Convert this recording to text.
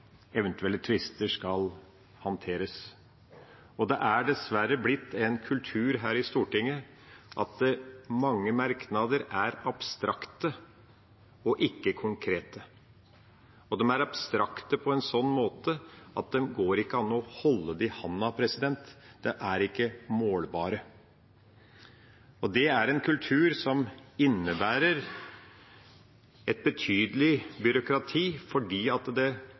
eventuelle tvister skal håndteres. Det er dessverre blitt en kultur her i Stortinget for at mange merknader er abstrakte og ikke konkrete. De er abstrakte på en sånn måte at det ikke går an å holde dem i hånda. De er ikke målbare. Det er en kultur som innebærer et betydelig byråkrati fordi det